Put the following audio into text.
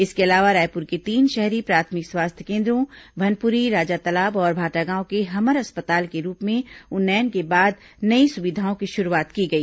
इसके अलावा रायपुर के तीन शहरी प्राथमिक स्वास्थ्य केन्द्रों भनपुरी राजातालाब और भाटागांव के हमर अस्पताल के रूप में उन्नयन के बाद नई सुविधाओं की शुरूआत की गई